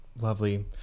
Lovely